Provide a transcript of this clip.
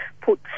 put